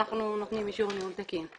אנחנו נותנים אישור ניהול תקין.